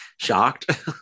shocked